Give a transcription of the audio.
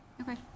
Okay